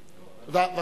תודה.